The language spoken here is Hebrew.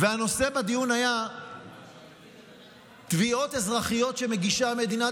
הנושא בדיון היה תביעות אזרחיות שמגישה מדינת